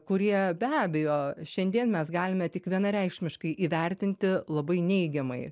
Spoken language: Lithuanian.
kurie be abejo šiandien mes galime tik vienareikšmiškai įvertinti labai neigiamai